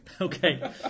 Okay